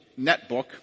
netbook